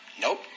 Nope